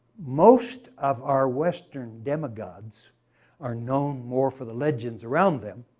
most of our western demigods are known more for the legends around them,